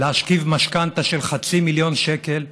להשכיב משכנתה של חצי מיליון שקל,